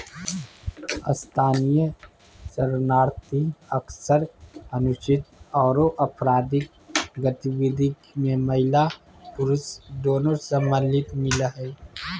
स्थानीय शरणार्थी अक्सर अनुचित आरो अपराधिक गतिविधि में महिला पुरुष दोनों संलिप्त मिल हई